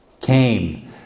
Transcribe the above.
came